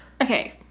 Okay